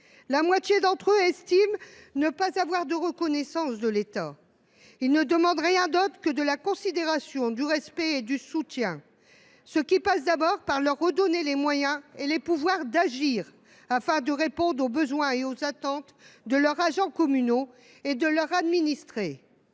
La moitié d’entre eux estiment ne pas recevoir de reconnaissance de l’État. Ils ne demandent rien d’autre que de la considération, du respect et du soutien, ce qui suppose, avant tout, de leur redonner les moyens et les pouvoirs d’agir, afin de répondre aux besoins et aux attentes de leurs agents communaux et de leurs administrés.